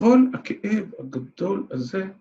כל הכאב הגדול הזה.